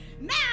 Now